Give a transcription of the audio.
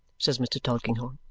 says mr. tulkinghorn,